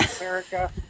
America